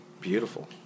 beautiful